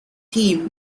theme